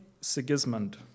Sigismund